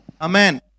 Amen